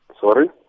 Sorry